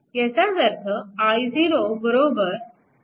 ह्याचाच अर्थ i0 i3